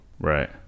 Right